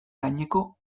gaineko